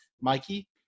Mikey